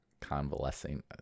convalescing